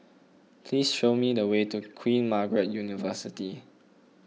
please show me the way to Queen Margaret University